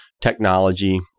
technology